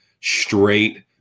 straight